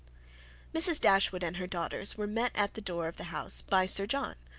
mrs. dashwood and her daughters were met at the door of the house by sir john,